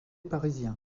parisien